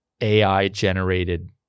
AI-generated